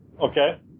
Okay